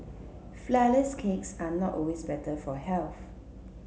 flourless cakes are not always better for health